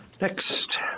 Next